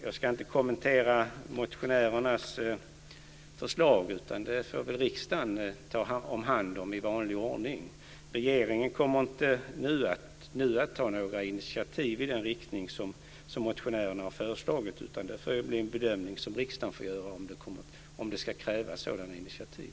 Jag ska inte kommentera motionärernas förslag, utan det får riksdagen ta hand om i vanlig ordning. Regeringen kommer inte nu att ta några initiativ i den riktning som motionärerna har föreslagit, utan det får bli riksdagen som får göra en bedömning av om det ska krävas sådana initiativ.